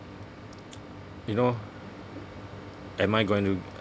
you know am I going to